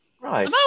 right